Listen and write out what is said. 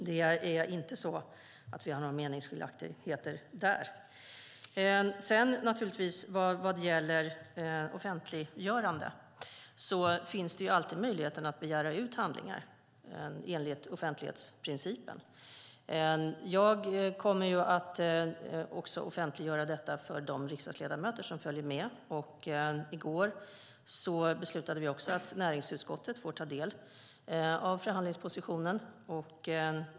Vi har inte några meningsskiljaktigheter där. Vad gäller offentliggörande finns alltid möjligheten att begära ut handlingar enligt offentlighetsprincipen. Jag kommer att offentliggöra detta för de riksdagsledamöter som följer med. I går beslutade vi att näringsutskottet får ta del av förhandlingspositionen.